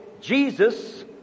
jesus